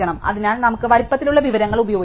അതിനാൽ നമുക്ക് വലിപ്പത്തിലുള്ള വിവരങ്ങൾ ഉപയോഗിക്കാം